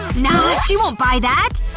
nah, she won't buy that